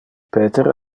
peter